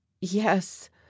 Yes